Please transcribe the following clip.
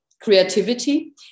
creativity